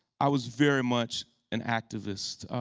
i was very much an activist.